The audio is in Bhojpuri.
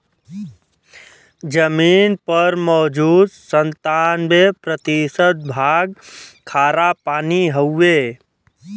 जमीन पर मौजूद सत्तानबे प्रतिशत भाग खारापानी हउवे